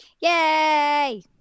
Yay